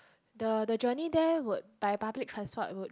the the journey there would by public transport would